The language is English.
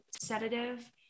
sedative